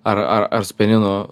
ar ar ar su pianinu